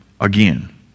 again